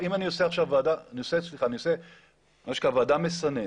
אני עושה ועדה מסננת,